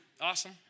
Awesome